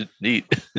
neat